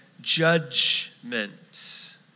judgment